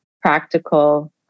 practical